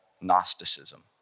Gnosticism